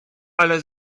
ale